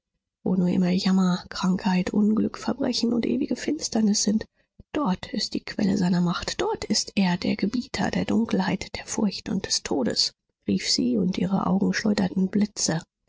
wo nur immer jammer krankheiten unglück verbrechen und ewige finsternis sind dort ist die quelle seiner macht dort ist er der gebieter der dunkelheit der furcht und des todes rief sie und ihre augen schleuderten blitze